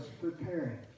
preparing